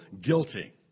guilty